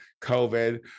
COVID